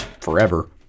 forever